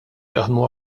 jaħdmu